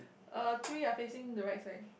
uh three are facing the right side